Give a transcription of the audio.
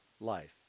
life